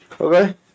Okay